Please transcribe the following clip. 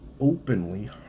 openly